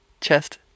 chest